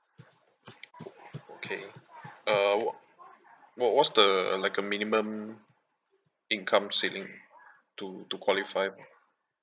okay uh what what what's the like a minimum income ceiling to to qualify